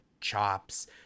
chops